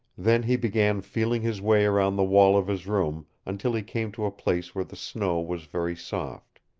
then he began feeling his way around the wall of his room until he came to a place where the snow was very soft.